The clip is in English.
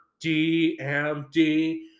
DMD